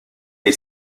est